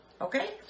okay